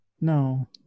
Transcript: No